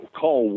call